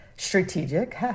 strategic